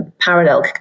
parallel